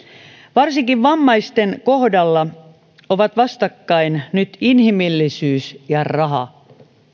varsinkin vammaisten kohdalla ovat vastakkain nyt inhimillisyys ja raha